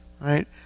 right